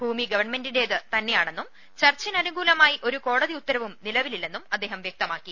ഭൂമി ഗവൺമെന്റി ന്റേത് തന്നെയാണെന്നും ചർച്ചിന് അനുകൂലമായി ഒരു കോടതി ഉത്തരവും നിലവിലില്ലെന്നും അദ്ദേഹം വ്യക്തമാക്കി